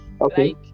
Okay